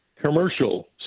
commercial